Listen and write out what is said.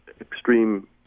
extreme